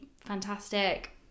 fantastic